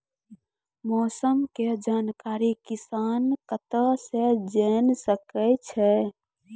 मौसम के जानकारी किसान कता सं जेन सके छै?